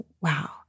wow